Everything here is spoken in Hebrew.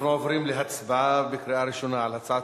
עוברים להצבעה בקריאה ראשונה על הצעת